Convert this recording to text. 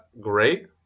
great